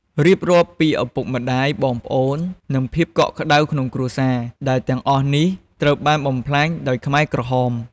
រៀបរាប់ពីឪពុកម្តាយ បងប្អូន និងភាពកក់ក្តៅក្នុងគ្រួសារ ដែលទាំងអស់នេះត្រូវបានបំផ្លាញដោយខ្មែរក្រហម។